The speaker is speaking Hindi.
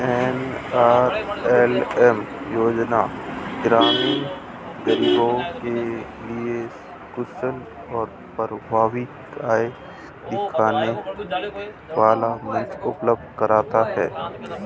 एन.आर.एल.एम योजना ग्रामीण गरीबों के लिए कुशल और प्रभावी आय दिलाने वाला मंच उपलब्ध कराता है